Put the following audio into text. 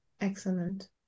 Excellent